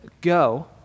Go